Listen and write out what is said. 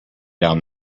down